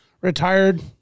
retired